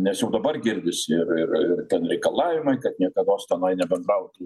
nes jau dabar girdisi ir ir ir ten reikalavimai kad niekados tenai nebendravo